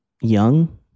young